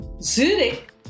Zurich